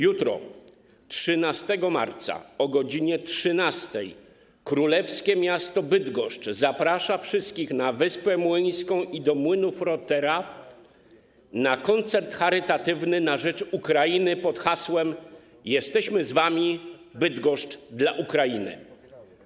Jutro, 13 marca, o godz. 13 królewskie miasto Bydgoszcz zaprasza wszystkich na Wyspę Młyńską i do Młynów Rothera na koncert charytatywny na rzecz Ukrainy pod hasłem: ˝Jesteśmy z Wami!˝, Bydgoszcz dla Ukrainy.